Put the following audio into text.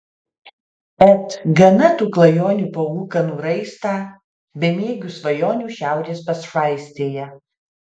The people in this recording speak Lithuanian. et gana tų klajonių po ūkanų raistą bemiegių svajonių šiaurės pašvaistėje